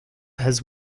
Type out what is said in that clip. has